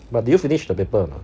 but did you finish the paper or not